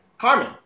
Carmen